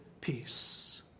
peace